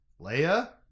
Leia